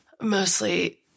Mostly